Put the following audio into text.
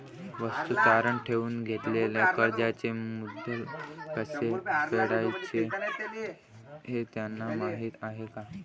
वस्तू तारण ठेवून घेतलेल्या कर्जाचे मुद्दल कसे फेडायचे हे त्यांना माहीत आहे का?